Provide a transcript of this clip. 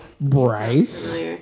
Bryce